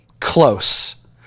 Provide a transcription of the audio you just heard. close